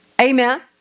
Amen